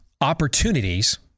opportunities